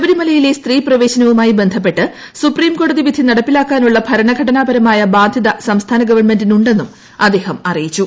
ശബരിമലയിലെ സ്ത്രീ പ്രവേശനവുമായി ബന്ധപ്പെട്ട് സുപ്രീംകോടതി ഭരണഘടനാപരമായ ബാധ്യത സംസ്ഥാന ഗവൺമെന്റിനുണ്ടെന്ന് അദ്ദേഹം അറിയിച്ചു